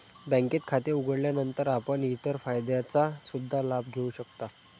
बँकेत खाते उघडल्यानंतर आपण इतर फायद्यांचा सुद्धा लाभ घेऊ शकता